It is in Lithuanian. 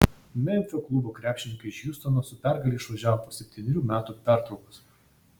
memfio klubo krepšininkai iš hjustono su pergale išvažiavo po septynerių metų pertraukos